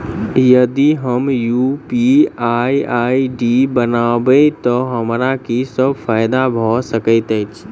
यदि हम UPI ID बनाबै तऽ हमरा की सब फायदा भऽ सकैत अछि?